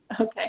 Okay